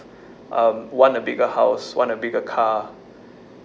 um want a bigger house want a bigger car